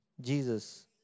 Jesus